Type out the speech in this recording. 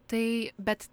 tai bet